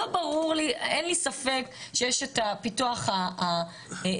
אין לי ספק שיש את הפיתוח האלקטרוני,